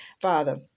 Father